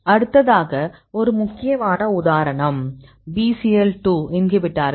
அடுத்ததாக ஒரு முக்கியமான உதாரணம் Bcl 2 இன்ஹிபிட்டார்கள்